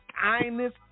kindness